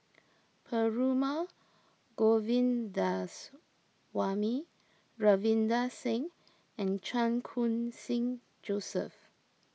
Perumal Govindaswamy Ravinder Singh and Chan Khun Sing Joseph